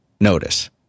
notice